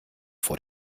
vor